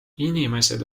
inimesed